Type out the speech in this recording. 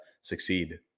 succeed